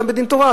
זה גם בדין תורה,